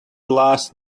last